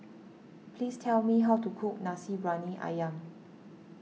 please tell me how to cook Nasi Briyani Ayam